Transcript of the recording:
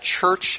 church